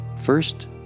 First